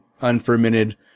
unfermented